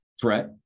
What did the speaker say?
threat